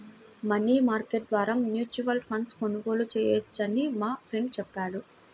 money market ద్వారా mutual ఫండ్ను కొనుగోలు చేయవచ్చని మా ఫ్రెండు చెప్పాడు